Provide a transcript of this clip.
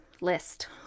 list